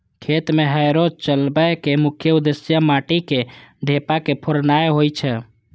खेत मे हैरो चलबै के मुख्य उद्देश्य माटिक ढेपा के फोड़नाय होइ छै